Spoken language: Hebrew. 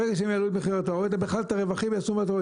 ברגע שהם יעלו את מחיר התערובת הם בכלל את הרווחים יעשו מהתערובת.